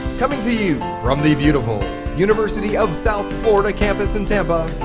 coming to you from the beautiful university of south florida campus in tampa,